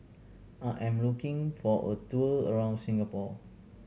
I am looking for a tour around Singapore